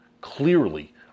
Clearly